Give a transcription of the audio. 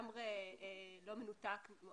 חברה שלי קנתה שם דירה ממש ביוספטל,